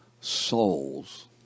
souls